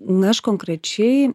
na aš konkrečiai